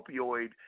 opioid